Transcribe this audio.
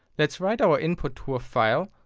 let's write our input to a file,